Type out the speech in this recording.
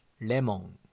lemon